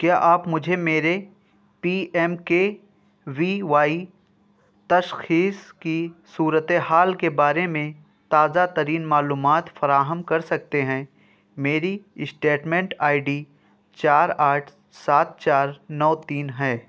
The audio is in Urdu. کیا آپ مجھے میرے T M K V Y تشخیص کی صورت حال کے بارے میں تازہ ترین معلومات فراہم کر سکتے ہیں میری اسٹیٹمنٹ آئی ڈی چار آٹھ سات چار نو تین ہے